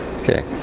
okay